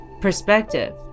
perspective